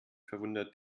verwundert